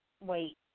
wait